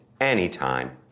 anytime